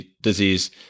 disease